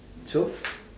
so